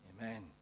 Amen